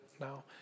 now